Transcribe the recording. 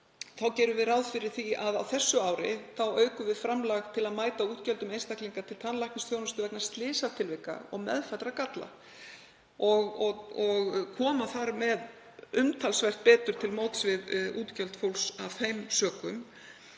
þá gerum við ráð fyrir að á þessu ári aukum við framlög til að mæta útgjöldum einstaklinga fyrir tannlæknisþjónustu vegna slysatilvika og meðfæddra galla og koma umtalsvert betur til móts við útgjöld fólks af þeim sökum.